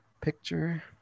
picture